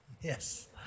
Yes